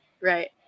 right